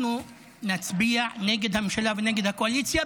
אנחנו נצביע נגד הממשלה ונגד הקואליציה,